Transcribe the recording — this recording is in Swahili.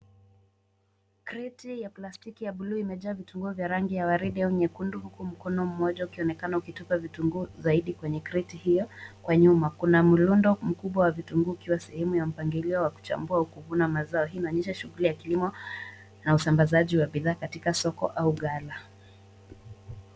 Kreti ya plastiki ya bluu imejaa vitunguu vya rangi ya waridi au nyekundu huku mkono mmoja ukionekana ukitupa vitunguu zaidi kwenye kreti hiyo kwa nyuma. Kuna mlundo mkubwa wa vitunguu ikiwa sehemu ya mpangilio wa kuchambua au kuvuna mazao . Hii inaonyesha shughuli ya kilimo na usambazaji wa bidhaa katika soko au ghala.